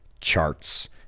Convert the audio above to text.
charts